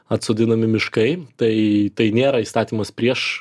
atsodinami miškai tai tai nėra įstatymas prieš